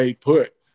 put